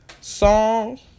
song